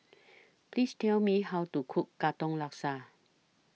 Please Tell Me How to Cook Katong Laksa